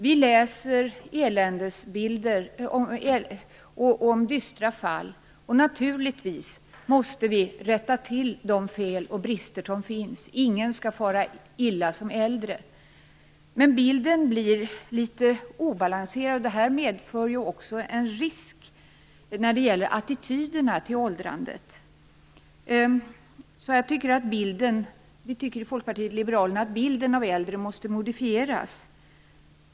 Vi läser om eländesbilder och om dystra fall, och naturligtvis måste vi rätta till de fel och brister som finns. Ingen skall fara illa som äldre. Men bilden blir litet obalanserad. Det här medför också en risk när det gäller attityderna till åldrandet. Vi i Folkpartiet liberalerna tycker att bilden av äldre måste modifieras.